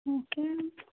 okay